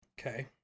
Okay